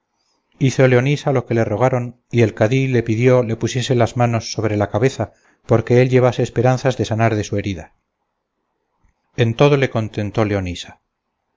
su honestidad hizo leonisa lo que le rogaron y el cadí le pidió le pusiese las manos sobre la cabeza porque él llevase esperanzas de sanar de su herida en todo le contentó leonisa